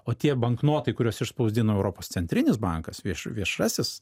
o tie banknotai kuriuos išspausdino europos centrinis bankas vieš viešasis